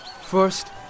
First